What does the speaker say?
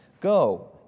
Go